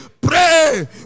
Pray